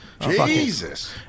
Jesus